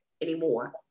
anymore